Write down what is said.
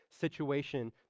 situation